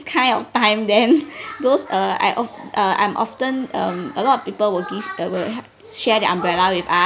kind of time then those uh I of~ uh I often um a lot of people will give a uh will help shared the umbrella with us